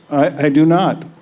i do not.